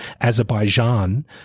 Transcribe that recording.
Azerbaijan